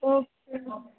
okay